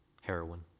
Heroin